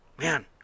Man